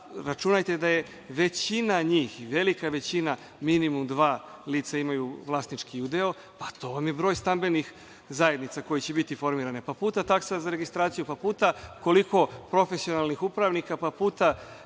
računajte da je većina njih, velika većina minimum dva lica imaju vlasnički deo, pa to vam je broj stambenih zajednica koje će biti formirane, pa puta taksa za registraciju, pa puta koliko profesionalnih upravnika, pa puta